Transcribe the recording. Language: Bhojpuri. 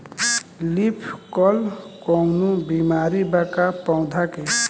लीफ कल कौनो बीमारी बा का पौधा के?